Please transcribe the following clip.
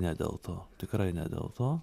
ne dėl to tikrai ne dėl to